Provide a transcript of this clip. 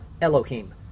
elohim